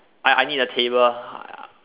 I I need a table uh